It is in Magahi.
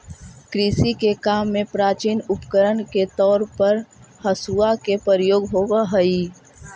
कृषि के काम में प्राचीन उपकरण के तौर पर हँसुआ के प्रयोग होवऽ हई